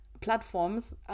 platforms